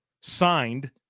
signed